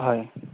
হয়